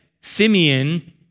Simeon